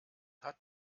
hat